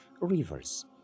rivers